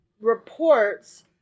reports